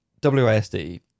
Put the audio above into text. W-A-S-D